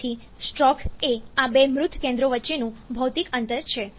તેથી સ્ટ્રોક એ આ બે મૃત કેન્દ્રો વચ્ચેનું ભૌતિક અંતર છે